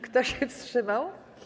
Kto się wstrzymał?